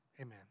Amen